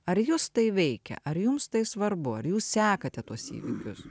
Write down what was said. ar jus tai veikia ar jums tai svarbu ar jūs sekate tuos įvykius